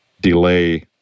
delay